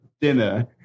dinner